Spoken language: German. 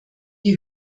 die